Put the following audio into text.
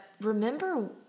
remember